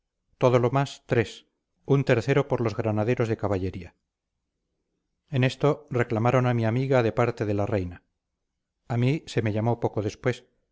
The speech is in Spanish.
todo lo más tres un tercero por los granaderos de caballería en esto reclamaron a mi amiga de parte de la reina a mí se me llamó poco después